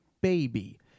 baby